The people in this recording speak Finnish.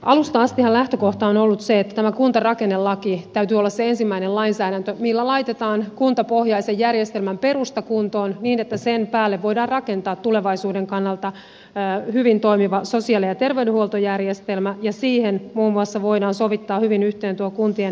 alusta astihan lähtökohta on ollut se että tämän kuntarakennelain täytyy olla se ensimmäinen lainsäädäntö millä laitetaan kuntapohjaisen järjestelmän perusta kuntoon niin että sen päälle voidaan rakentaa tulevaisuuden kannalta hyvin toimiva sosiaali ja terveydenhuoltojärjestelmä ja siihen muun muassa voidaan sovittaa hyvin yhteen tuo kuntien rahoitusjärjestelmä